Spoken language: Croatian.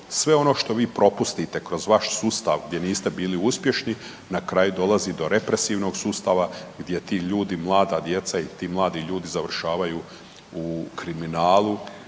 sve ono što vi propustite kroz vaš sustav gdje niste bili uspješni na kraju dolazi do represivnog sustava gdje ti ljudi i mlada djeca i ti mladi ljudi završavaju u kriminalu